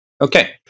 Okay